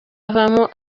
avamo